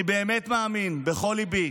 אני באמת מאמין בכל ליבי